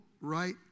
right